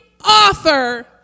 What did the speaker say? offer